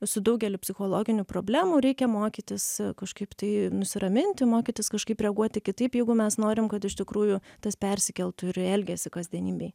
su daugeliu psichologinių problemų reikia mokytis kažkaip tai nusiraminti mokytis kažkaip reaguoti kitaip jeigu mes norim kad iš tikrųjų tas persikeltų ir į elgesį kasdienybėj